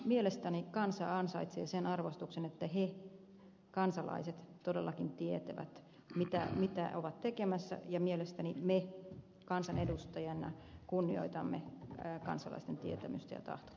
mielestäni kansa ansaitsee sen arvostuksen että he kansalaiset todellakin tietävät mitä ovat tekemässä ja mielestäni me kansanedustajina kunnioitamme kansalaisten tietämystä ja tahtotilaa